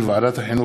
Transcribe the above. של ועדת החינוך,